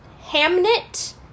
Hamnet